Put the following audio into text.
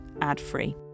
ad-free